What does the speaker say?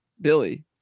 Billy